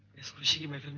greasy man